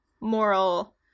moral